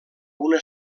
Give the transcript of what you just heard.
una